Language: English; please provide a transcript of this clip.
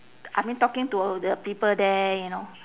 I mean talking to the people there you know